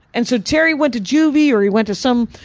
and so terry went to juvie, or he went to some,